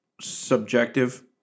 subjective